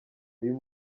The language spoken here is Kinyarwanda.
uyu